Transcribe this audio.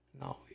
No